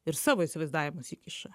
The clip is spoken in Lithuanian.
ir savo įsivaizdavimus įkiša